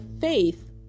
faith